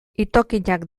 itoginak